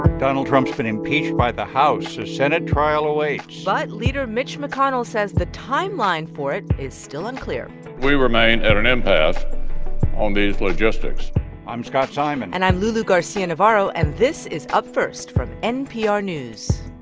donald trump's been impeached by the house. a senate trial awaits but leader mitch mcconnell says the timeline for it is still unclear we remain at an impasse on these logistics i'm scott simon and i'm lulu garcia-navarro. and this is up first from npr news